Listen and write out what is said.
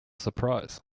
surprise